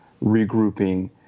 regrouping